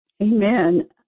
Amen